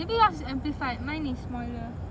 maybe yours is amplified mine is smaller